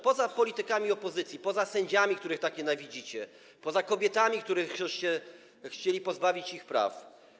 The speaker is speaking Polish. Poza politykami opozycji, poza sędziami, których tak nienawidzicie, poza kobietami, których chcieliście pozbawić praw.